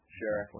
sure